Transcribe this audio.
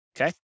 Okay